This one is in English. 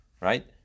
right